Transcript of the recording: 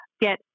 get